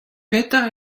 petra